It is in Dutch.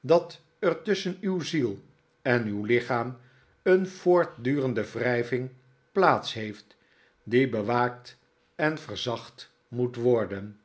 dat er tusschen uw ziel en uw lichaam een voortdurende wrijving plaats heeft die bewaakt en verzacht moet worden